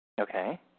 Okay